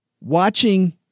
watching